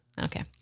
Okay